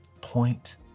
Point